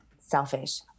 selfish